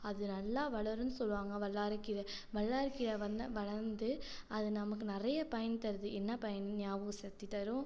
அது நல்லா வளரும்ன்னு சொல்வாங்கள் வல்லாரைக் கீரை வல்லாரை கீரை வந்து வளர்ந்து அது நமக்கு நிறைய பயன் தருது என்ன பயன் ஞாபக சக்தி தரும்